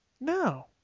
no